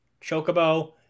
Chocobo